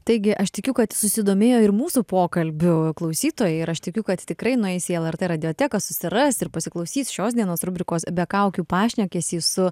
taigi aš tikiu kad susidomėjo ir mūsų pokalbiu klausytojai ir aš tikiu kad tikrai nueis į lrt radioteką susiras ir pasiklausys šios dienos rubrikos be kaukių pašnekesį su